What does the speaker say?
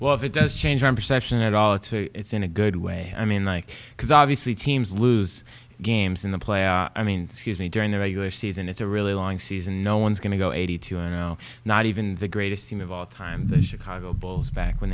well if it does change our perception at all if it's in a good way i mean like because obviously teams lose games in the playoffs i mean scuse me during the regular season it's a really long season and no one's going to go eighty two i know not even the greatest team of all time the chicago bulls back when